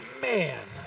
Man